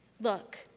Look